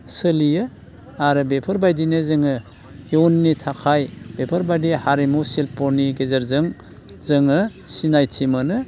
सोलियो आरो बेफोरबायदिनो जोङो इयुननि थाखाय बेफोरबायदि हारिमु शिल्पनि गेजेरजों जोङो सिनायथि मोनो